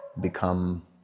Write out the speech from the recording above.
become